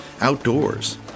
outdoors